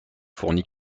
fournit